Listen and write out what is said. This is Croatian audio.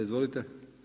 Izvolite.